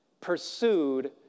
pursued